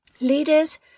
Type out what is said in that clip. Leaders